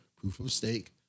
proof-of-stake